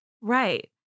Right